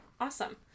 Awesome